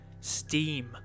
steam